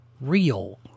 Real